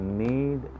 need